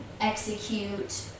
execute